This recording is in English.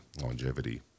longevity